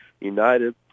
united